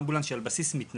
אמבולנס שהוא על בסיס מתנדבים,